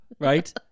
right